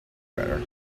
better